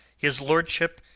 his lordship.